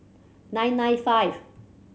nine nine five